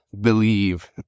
believe